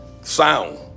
Sound